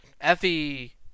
Effie